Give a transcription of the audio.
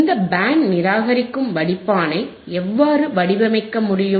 இந்த பேண்ட் நிராகரிக்கும் வடிப்பானை எவ்வாறு வடிவமைக்க முடியும்